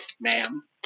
ma'am